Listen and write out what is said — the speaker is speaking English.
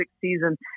season